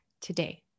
today